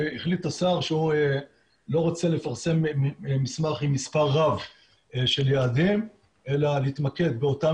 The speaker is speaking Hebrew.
החליט השר שהוא לא רוצה לפרסם מסמך עם מספר רב של יעדים אלא להתמקד באותם